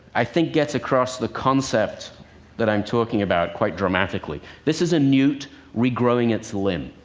i think, gets across the concept that i'm talking about quite dramatically. this is a newt re-growing its limb.